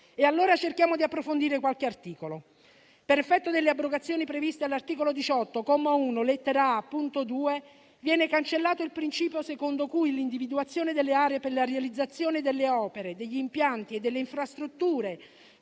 allora di approfondire qualche articolo. Per effetto delle abrogazioni previste all'articolo 18, comma 1, lettera *a)*, punto 2, viene cancellato il principio secondo cui l'individuazione delle aree per la realizzazione delle opere, degli impianti e delle infrastrutture